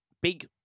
big